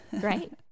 great